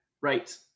Right